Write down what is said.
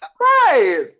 Right